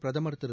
பிரதமர் திரு